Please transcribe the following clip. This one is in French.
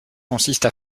consiste